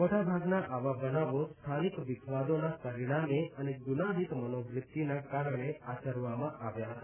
મોટાભાગના આવા બનાવો સ્થાનિક વિખવાદોના પરિણામે અને ગુનાહિત મનોવૃત્તિના કારણે આચરવામાં આવ્યા હતા